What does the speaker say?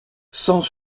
cent